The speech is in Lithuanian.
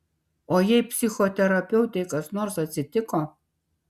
o jei psichoterapeutei kas nors atsitiko